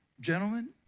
Gentlemen